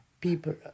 People